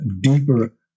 deeper